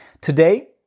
Today